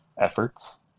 efforts